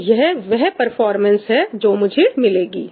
तो यह वह परफॉर्मेंस है जो मुझे मिलेगी